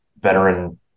veteran